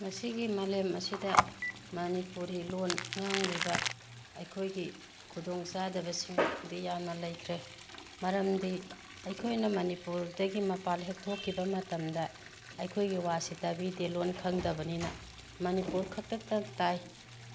ꯉꯥꯁꯤꯒꯤ ꯃꯥꯂꯦꯝ ꯑꯁꯤꯗ ꯃꯅꯤꯄꯨꯔꯤ ꯂꯣꯟ ꯉꯥꯡꯂꯤꯕ ꯑꯩꯈꯣꯏꯒꯤ ꯈꯨꯗꯣꯡ ꯆꯥꯗꯕꯁꯤꯡꯗꯤ ꯌꯥꯝꯅ ꯂꯩꯈ꯭ꯔꯦ ꯃꯔꯝꯗꯤ ꯑꯩꯈꯣꯏꯅ ꯃꯅꯤꯄꯨꯔꯗꯒꯤ ꯃꯄꯥꯜ ꯍꯦꯛ ꯊꯣꯛꯈꯤꯕ ꯃꯇꯝꯗ ꯑꯩꯈꯣꯏꯒꯤ ꯋꯥꯁꯤ ꯇꯥꯕꯤꯗꯦ ꯂꯣꯟ ꯈꯪꯗꯕꯅꯤꯅ ꯃꯅꯤꯄꯨꯔ ꯈꯛꯇꯗ ꯇꯥꯏ